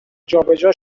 جابجا